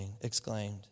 exclaimed